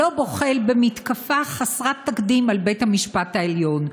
לא בוחל במתקפה חסרת תקדים על בית המשפט העליון.